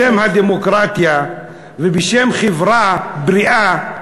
בשם הדמוקרטיה ובשם חברה בריאה,